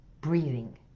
breathing